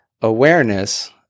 awareness